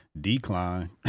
Decline